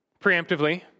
preemptively